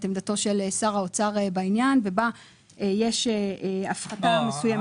את עמדתו של שר האוצר בעניין ובה יש הפחתה מסוימת.